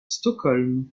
stockholm